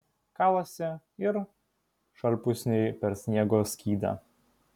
kalasi ir šalpusniai per sniego skydą